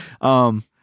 Um-